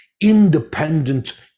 independent